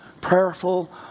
prayerful